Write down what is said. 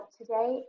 today